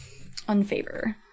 Unfavor